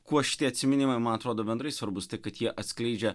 kuo šitie atsiminimai man atrodo bendrai svarbūs tai kad jie atskleidžia